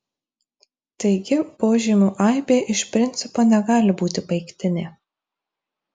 taigi požymių aibė iš principo negali būti baigtinė